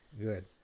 Good